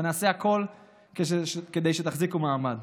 ונעשה הכול כדי שתחזיקו מעמד,